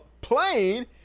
plane